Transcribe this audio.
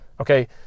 okay